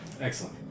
Excellent